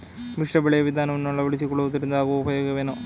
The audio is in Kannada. ಮಿಶ್ರ ಬೆಳೆಯ ವಿಧಾನವನ್ನು ಆಳವಡಿಸಿಕೊಳ್ಳುವುದರಿಂದ ಆಗುವ ಉಪಯೋಗವೇನು?